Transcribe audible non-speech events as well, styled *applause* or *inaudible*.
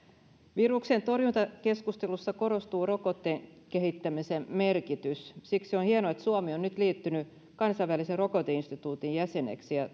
viruksentorjuntakeskustelussa korostuu rokotteen kehittämisen merkitys siksi on hienoa että suomi on nyt liittynyt kansainvälisen rokoteinstituutin jäseneksi ja *unintelligible*